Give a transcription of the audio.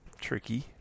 Tricky